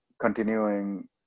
continuing